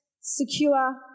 secure